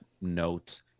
note